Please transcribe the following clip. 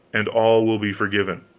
and all will be forgiven.